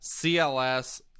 CLS